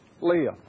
Leah